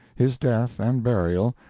his death and burial,